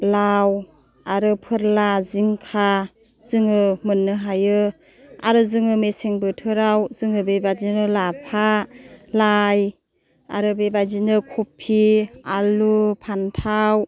लाव आरो फोरला जिंखा जोङो मोननो हायो आरो जोङो मेसें बोथोराव जोङो बेबायदिनो लाफा लाइ आरो बेबायदिनो कबि आलु फान्थाव